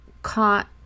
caught